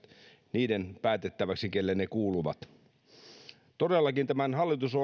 niiden päätettäväksi keille ne kuuluvat todellakin tämän